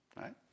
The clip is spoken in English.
Right